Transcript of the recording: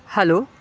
hello